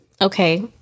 Okay